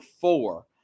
four